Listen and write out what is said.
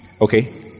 okay